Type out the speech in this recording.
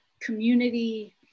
community